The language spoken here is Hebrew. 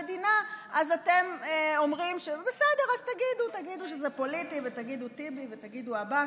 את תקציב המדינה הפלתם קורבן למסע הישרדות פוליטי של נאשם בשחיתות.